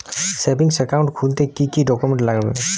Savings account খুলতে কি কি ডকুমেন্টস লাগবে?